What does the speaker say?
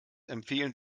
empfehlen